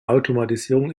automatisierung